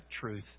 truth